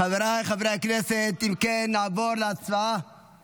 חבריי חברי הכנסת, נעבור להצבעה